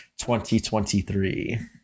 2023